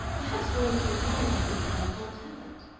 perhaps one is inclined to think one can't have it.